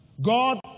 God